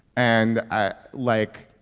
and, ah like,